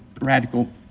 radical